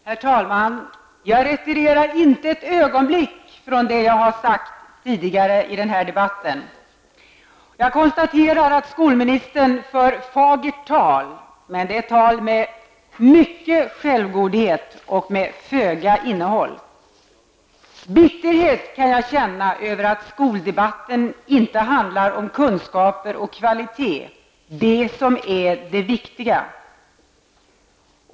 Herr talman! Jag retirerar absolut inte när det gäller det som jag har sagt tidigare i den här debatten. Jag konstaterar att skolministern kommer med fagert tal. Men det är ett tal med mycket av självgodhet och med föga innehåll. Jag kan känna bitterhet över att skoldebatten inte handlar om kunskaper och kvalitet. Den handlar alltså inte om det som är det viktiga.